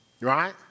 Right